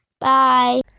Bye